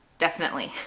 definitely.